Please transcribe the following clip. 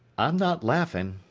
i'm not laughing,